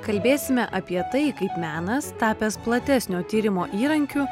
kalbėsime apie tai kaip menas tapęs platesnio tyrimo įrankiu